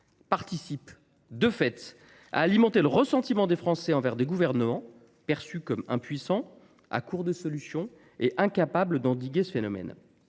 contribue, de fait, à alimenter le ressentiment des Français envers des gouvernants perçus comme impuissants, à court de solutions et incapables d’endiguer ce phénomène.